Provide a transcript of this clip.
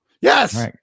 Yes